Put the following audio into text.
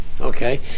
Okay